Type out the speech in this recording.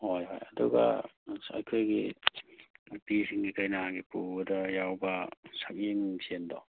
ꯍꯣꯏ ꯍꯣꯏ ꯑꯗꯨꯒ ꯑꯁ ꯑꯩꯈꯣꯏꯒꯤ ꯅꯨꯄꯤꯁꯤꯡꯒꯤ ꯀꯩꯅꯥꯒꯤ ꯄꯨꯕꯗ ꯌꯥꯎꯕ ꯁꯛꯌꯦꯡ ꯃꯤꯡꯁꯦꯟꯗꯣ